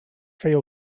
feia